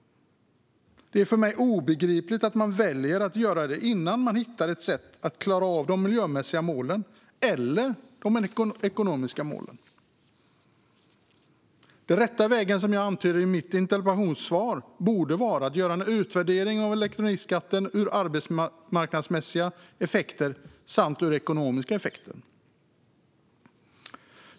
Det är för mig obegripligt att man väljer att göra detta innan man hittat ett sätt att klara av de miljömässiga målen eller de ekonomiska målen. Som jag antyder i min interpellation borde den rätta vägen vara att göra en utvärdering av elektronikskattens arbetsmarknadsmässiga och ekonomiska effekter.